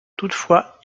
toutefois